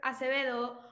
Acevedo